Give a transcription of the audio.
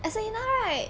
estelina right